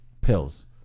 pills